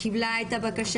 אני שמחה באמת לפתוח את הדיון,